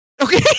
Okay